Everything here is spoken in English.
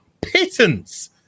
pittance